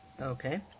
Okay